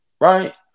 right